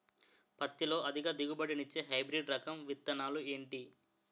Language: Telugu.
పత్తి లో అధిక దిగుబడి నిచ్చే హైబ్రిడ్ రకం విత్తనాలు ఏంటి